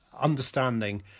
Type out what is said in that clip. understanding